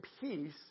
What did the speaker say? peace